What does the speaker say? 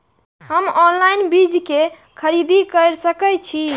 हम ऑनलाइन बीज के खरीदी केर सके छी?